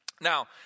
Now